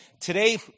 Today